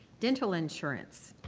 dental insurance.